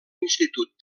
institut